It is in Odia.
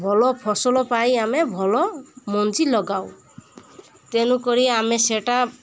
ଭଲ ଫସଲ ପାଇଁ ଆମେ ଭଲ ମଞ୍ଜି ଲଗାଉ ତେଣୁକରି ଆମେ ସେଇଟା